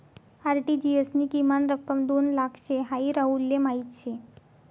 RTGS नी किमान रक्कम दोन लाख शे हाई राहुलले माहीत शे